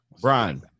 Brian